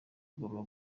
agomba